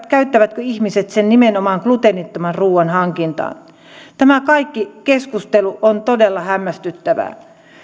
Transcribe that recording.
käyttävätkö ihmisen sen nimenomaan gluteenittoman ruuan hankintaan tämä kaikki keskustelu on todella hämmästyttävää